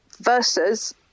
versus